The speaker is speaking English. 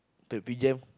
traffic jam